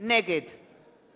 והם צריכים את זה עבורם, לצאת לשוק